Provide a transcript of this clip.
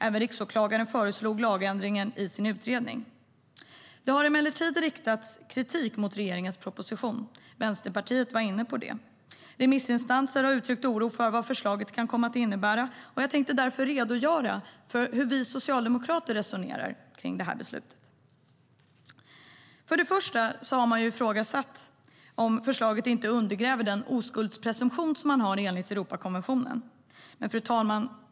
Även riksåklagaren föreslog lagändringen i sin utredning. Det har emellertid riktats kritik mot regeringens proposition. Vänsterpartiet var inne på det. Remissinstanser har uttryckt oro för vad förslaget kan komma att innebära, och jag tänkte därför redogöra för hur vi socialdemokrater resonerar kring beslutet. För det första har man ifrågasatt om förslaget inte undergräver den oskuldspresumtion man har enligt Europakonventionen.